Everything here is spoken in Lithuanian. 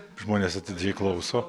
žmonės atidžiai klauso